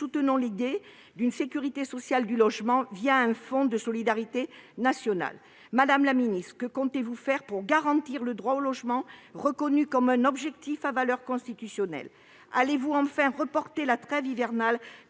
soutenons l'idée d'une « sécurité sociale du logement », un fonds de solidarité nationale. Madame la ministre, que comptez-vous faire pour garantir le droit au logement, reconnu comme un objectif à valeur constitutionnelle ? Allez-vous, enfin, reporter la trêve hivernale,